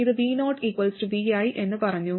ഇത് vo vi എന്ന് പറഞ്ഞു